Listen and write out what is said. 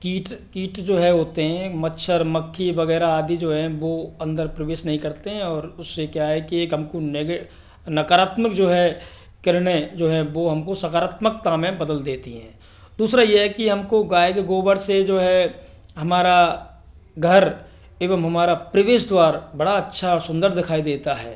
कीट कीट जो है होते हैं मच्छर मक्खी वगैरह आदि जो हैं वो अंदर प्रवेश नहीं करते हैं और उससे क्या है कि एक हमको नकारात्मक जो है किरणें जो है वो हमको सकारात्मकता में बदल देती हैं दूसरा ये है कि हमको गाय के गोबर से जो है हमारा घर एवं हमारा प्रवेश द्वार बड़ा अच्छा और सुन्दर दिखाई देता है